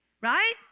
right